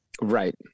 Right